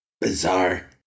Bizarre